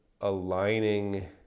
aligning